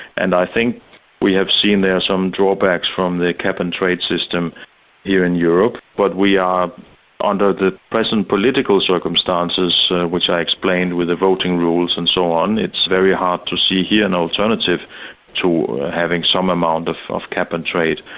and i think we have seen their some drawbacks from the cap and trade system here in europe, but we are under the present political circumstances, which i explained with the voting rules and so on, it's very hard to see here an alternative to having some amount of of cap and trade.